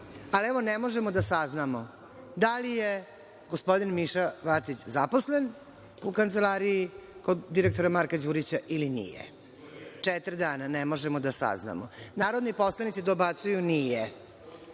ali, evo, ne možemo da saznamo da li je gospodin Miša Vacić zaposlen u Kancelariji kod direktora Marka Đurića ili nije, četiri dana ne možemo da saznamo. Narodni poslanici dobacuju – nije.